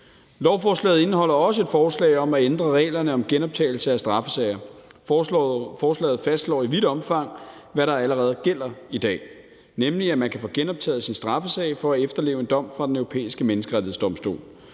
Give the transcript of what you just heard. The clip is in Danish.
Lovforslaget indeholder også et forslag om at ændre reglerne om genoptagelse af straffesager. Forslaget fastslår i vidt omfang, hvad der allerede gælder i dag, nemlig at man kan få genoptaget sin straffesag for at efterleve en dom fra Den Europæiske Menneskerettighedsdomstol.